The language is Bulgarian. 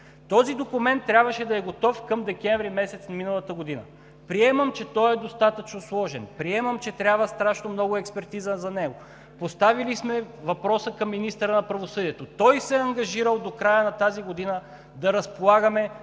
Този документ трябваше да е готов към декември месец миналата година. Приемам, че той е достатъчно сложен. Приемам, че трябва страшно много експертиза за него. Поставили сме въпроса към министъра на правосъдието. Той се е ангажирал до края на тази година да разполагаме